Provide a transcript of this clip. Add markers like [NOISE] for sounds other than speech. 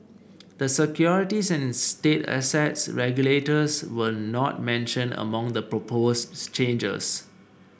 the securities and state assets regulators were not mentioned among the proposed [UNINTELLIGIBLE] changes